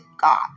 God